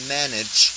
manage